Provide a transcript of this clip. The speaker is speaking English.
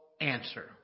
answer